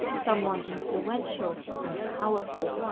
someone influential and powerful?